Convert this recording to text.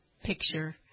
picture